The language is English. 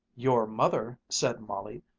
your mother, said molly,